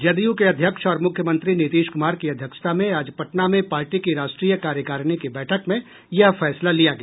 जदयू के अध्यक्ष और मुख्यमंत्री नीतीश कुमार की अध्यक्षता में आज पटना में पार्टी की राष्ट्रीय कार्यकारिणी की बैठक में यह फैसला लिया गया